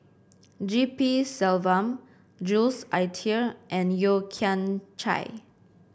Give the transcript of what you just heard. G P Selvam Jules Itier and Yeo Kian Chai